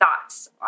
thoughts